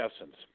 essence